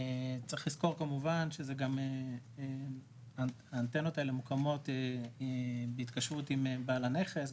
צריך לזכור כמובן שהאנטנות האלה מוקמות בהתקשרות עם בעל הנכס,